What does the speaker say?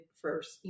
first